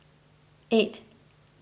eight